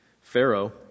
Pharaoh